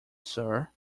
sir